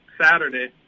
Saturday